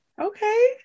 Okay